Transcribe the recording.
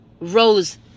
rose